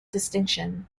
distinction